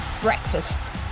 Breakfast